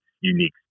unique